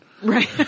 Right